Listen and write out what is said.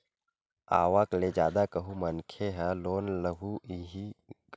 आवक ले जादा कहूं मनखे ह लोन लुहूं कइही त कोनो भी बेंक ह लोन नइ देवय मनखे के आवक के हिसाब ले ही लोन पास होथे